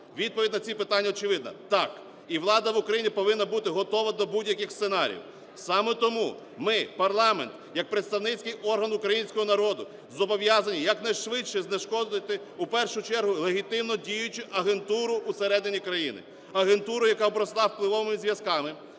Відповідь на ці питання очевидна – так. І влада в Україні повинна бути готова до будь-яких сценаріїв. Саме тому ми, парламент, як представницький орган українського народу зобов'язані якнайшвидше знешкодити у першу чергу легітимно діючу агентуру усередині країни. Агентуру, яка обросла впливовими зв'язками,